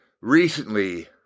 Recently